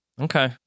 Okay